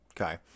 Okay